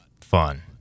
fun